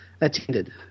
attended